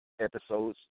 episodes